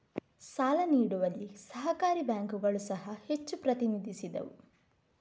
ಸಾಲ ನೀಡುವಲ್ಲಿ ಸಹಕಾರಿ ಬ್ಯಾಂಕುಗಳು ಸಹ ಹೆಚ್ಚು ಪ್ರತಿನಿಧಿಸಿದವು